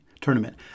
tournament